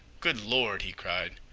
good lord! he cried,